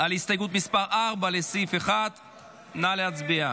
על הסתייגות מס' 4, לסעיף 1. נא להצביע.